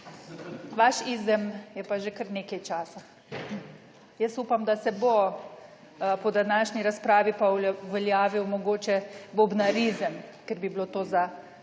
Vaš izem je pa že kar nekaj časa. Jaz upam, da se bo po današnji razpravi pa uveljavil mogoče Bobnarizem, ker bi bilo to za